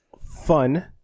fun